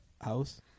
house